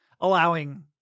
allowing—